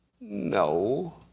No